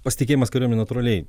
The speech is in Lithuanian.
pasitikėjimas kariuomene natūraliai